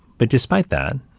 but despite that,